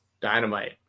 Dynamite